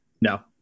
No